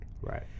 right